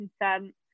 consent